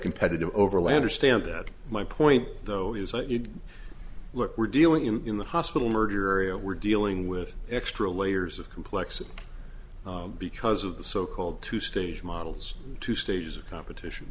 competitive overlander stamp that my point though is that you look we're dealing in the hospital merger area we're dealing with extra layers of complexity because of the so called two stage models two stages of competition